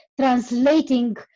translating